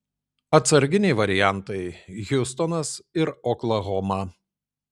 atsarginiai variantai hiūstonas ir oklahoma